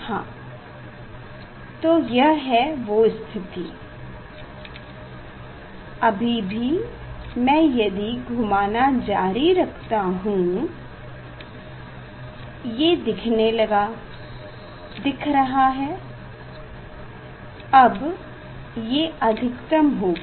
हाँ तो यह है वो स्थिति अभी भी यदि मैं घूमाना जारी रखता हूँ ये दिखने लगा दिख रहा है और अब ये अधिकतम हो गया